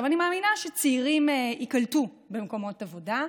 אני מאמינה שצעירים ייקלטו במקומות עבודה,